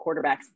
quarterbacks